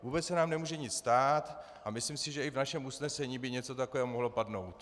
Vůbec se nám nemůže nic stát a myslím si, že i v našem usnesení by něco takového mohlo padnout.